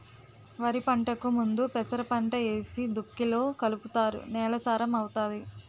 వరిపంటకు ముందు పెసరపంట ఏసి దుక్కిలో కలుపుతారు నేల సారం అవుతాది